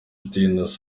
innocent